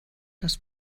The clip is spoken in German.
das